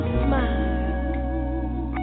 smile